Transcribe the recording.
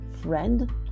friend